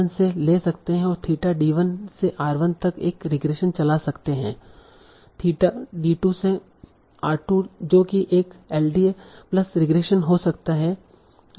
तो हम theta d1 ले सकते है और थीटा d1 से r1 तक एक रिग्रेशन चला सकता है थीटा d2 से r2 जो कि एक एलडीए प्लस रिग्रेशन हो सकता है